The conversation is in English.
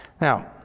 Now